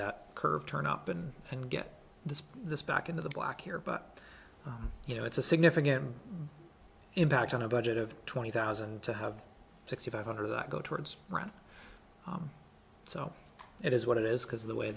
that curve turn up and and get this this back into the black here but you know it's a significant impact on a budget of twenty thousand to have sixty five hundred that go towards run so it is what it is because of the way